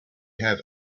have